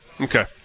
Okay